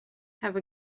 have